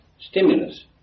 stimulus